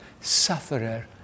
sufferer